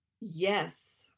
Yes